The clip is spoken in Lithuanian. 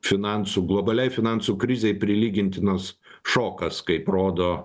finansų globaliai finansų krizei prilygintinas šokas kaip rodo